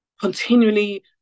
continually